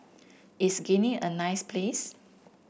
is Guinea a nice place